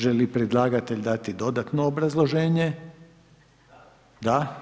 Želi li predlagatelj dati dodatno obrazloženje? [[Upadica Pernar: Da.]] Da.